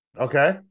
Okay